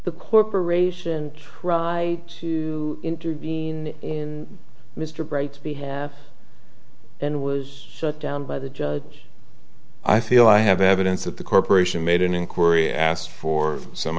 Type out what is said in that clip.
the corporation try to intervene in mr bright to be here and was shut down by the judge i feel i have evidence that the corporation made an inquiry asked for some